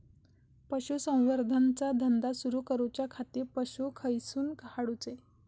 पशुसंवर्धन चा धंदा सुरू करूच्या खाती पशू खईसून हाडूचे?